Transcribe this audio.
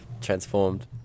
transformed